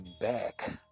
back